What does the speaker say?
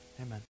Amen